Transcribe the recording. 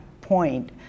point